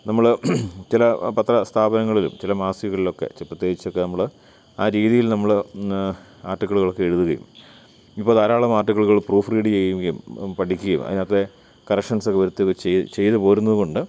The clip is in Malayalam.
നമ്മള് ചില പത്ര സ്ഥാപനങ്ങളിലും ചില മാസികകളിലൊക്കെ പ്രത്യേകിച്ചൊക്കെ നമ്മള് ആ രീതിയിൽ നമ്മള് ആർട്ടിക്കിളുകളൊക്കെ എഴുതുകയും ഇപ്പോള് ധാരാളം ആർട്ടിക്കിളുകള് പ്രൂഫ് റീഡ് ചെയ്യുകയും പഠിക്കുകയും അതിനകത്തെ കറക്ഷൻസൊക്കെ വരുത്തുവേ ചെയ്തുപോരുന്നതുകൊണ്ട്